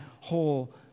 whole